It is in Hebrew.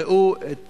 ראו את